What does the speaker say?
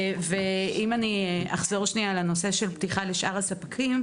ואם אני אחזור שנייה לנושא של פתיחה לשאר הספקים,